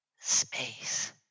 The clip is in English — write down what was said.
space